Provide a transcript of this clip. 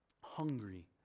hungry